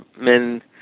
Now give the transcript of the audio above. men